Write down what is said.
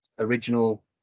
original